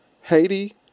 Haiti